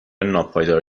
ناپایدار